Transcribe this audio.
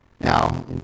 Now